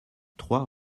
trois